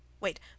Wait